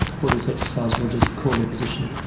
for this exercise we'll just call their positions.